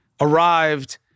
arrived